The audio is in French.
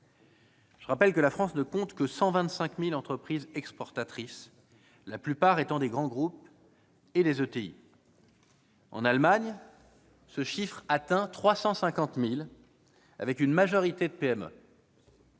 Je rappelle que la France ne compte que 125 000 entreprises exportatrices, la plupart étant de grands groupes et des ETI. En Allemagne, ce chiffre atteint 350 000, avec une majorité de PME.